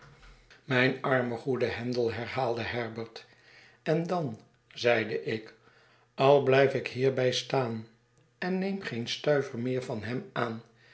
mijn arme goede handel herhaalde herbert en dan zeide ik ai blijf ik hierbij staan en neem geen stuiver meer van hem aan